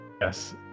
Yes